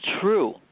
true